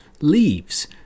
leaves